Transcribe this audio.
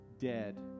dead